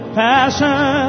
passion